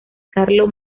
carlo